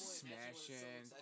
smashing